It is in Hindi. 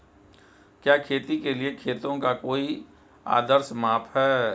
क्या खेती के लिए खेतों का कोई आदर्श माप है?